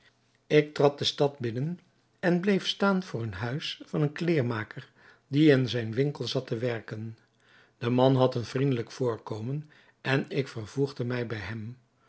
ik trad de stad binnen en bleef staan voor het huis van een kleermaker die in zijn winkel zat te werken de man had een vriendelijk voorkomen en ik vervoegde mij bij hem